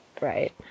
right